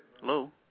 Hello